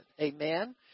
Amen